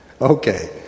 okay